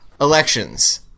elections